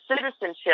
citizenship